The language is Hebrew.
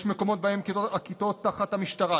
יש מקומות שבהם הכיתות תחת המשטרה,